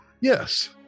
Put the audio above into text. Yes